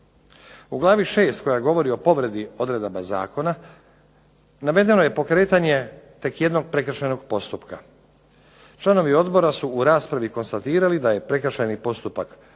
U glavi 6. koja govori o povredi odredaba zakona navedeno je pokretanje tek jednog prekršajnog postupka. Članovi odbora su u raspravi konstatirali da je prekršajni postupak